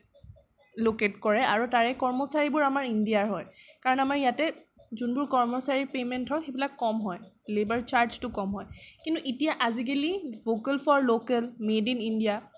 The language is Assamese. ল'কেট কৰে আৰু তাৰে কৰ্মচাৰীবোৰ আমাৰ ইণ্ডিয়াৰ হয় কাৰণ আমাৰ ইয়াতে যোনবোৰ কৰ্মচাৰী পেমেন্ট হয় সেইবিলাক কম হয় লেবাৰ চাৰ্জটো কম হয় কিন্তু এতিয়া আজিকালি vocal for local made in India